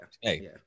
hey